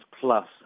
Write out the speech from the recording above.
plus